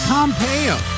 Pompeo